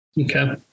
Okay